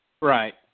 Right